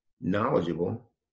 knowledgeable